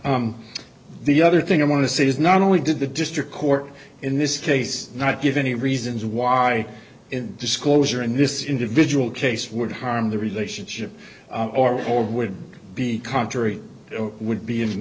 the other thing i want to say is not only did the district court in this case not give any reasons why in disclosure in this individual case would harm the relationship or or would be contrary it would be in